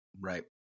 Right